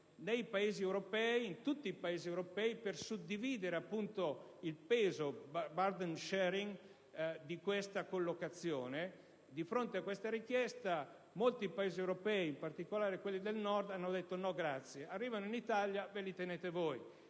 vengano collocati in tutti i Paesi europei per suddividere il peso (*burden sharing*) di questa collocazione. Di fronte a questa richiesta molti Paesi europei, in particolare quelli del Nord hanno detto: «No, grazie! Arrivano in Italia e ve li tenete voi».